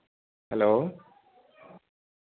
hello